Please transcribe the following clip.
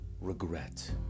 regret